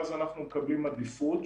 ואז אנחנו מקבלים עדיפות,